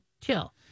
chill